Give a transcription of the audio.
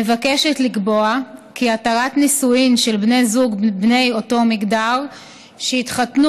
מבקשת לקבוע כי התרת נישואין של בני זוג בני אותו מגדר שהתחתנו